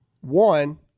one